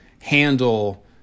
handle